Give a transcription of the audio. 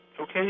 okay